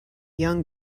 young